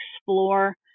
explore